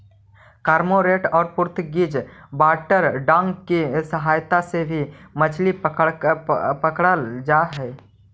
cormorant और Portuguese water dog की सहायता से भी मछली पकड़रल जा हई